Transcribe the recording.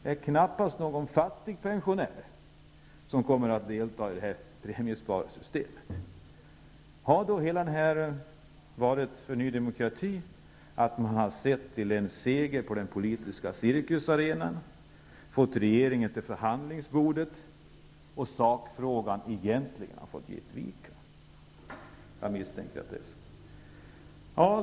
Det är knappast någon fattigpensionär som kommer att delta i det här premiesparsystemet. Har Ny demokrati genom detta bara sett till en seger på den politiska cirkusarenan och till att man har fått regeringen till förhandlingsbordet, medan sakfrågan egentligen har fått ge vika? Jag misstänker att det är så.